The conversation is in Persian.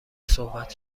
صحبت